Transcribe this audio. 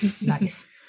Nice